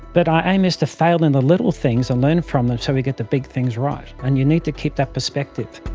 but our aim is to fail in the little things and learn from them so we get the big things right, and you need to keep that perspective.